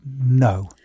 No